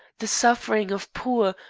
the suffering of poor,